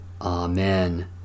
Amen